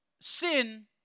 sin